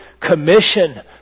commission